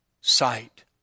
sight